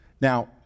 Now